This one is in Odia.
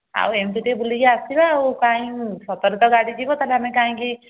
ଆଉ ଏମିତି ଟିକେ ବୁଲିକି ଆସିବା ଆଉ କାଇଁ ସତରେ ତ ଗାଡ଼ି ଯିବ ତାହେଲେ ଆମେ କାହିଁକି